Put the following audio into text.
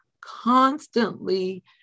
constantly